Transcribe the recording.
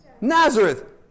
Nazareth